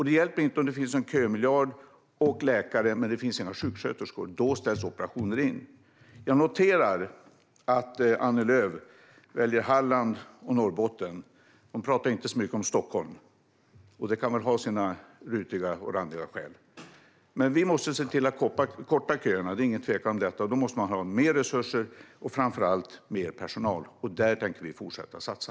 Det hjälper inte om det finns en kömiljard och läkare om det inte finns sjuksköterskor. Då ställs operationer in. Jag noterar att Annie Lööf väljer Halland och Norrbotten. Hon pratar inte mycket om Stockholm, och hon kan väl ha sina rutiga och randiga skäl till det. Men vi måste se till att korta köerna - det är ingen tvekan om detta. Då måste man ha mer resurser och framför allt mer personal. Där tänker vi fortsätta att satsa.